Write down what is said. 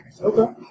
Okay